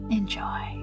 enjoy